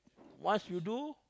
once you do